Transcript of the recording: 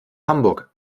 hamburg